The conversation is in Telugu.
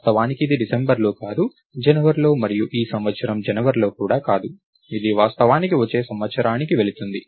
వాస్తవానికి ఇది డిసెంబర్లో కాదు జనవరిలో మరియు ఈ సంవత్సరం జనవరిలో కూడా కాదు ఇది వాస్తవానికి వచ్చే సంవత్సరానికి వెళుతుంది